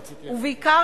ובעיקר,